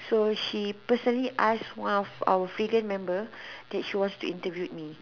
so she personally ask one of our freedom member that she wants to interview me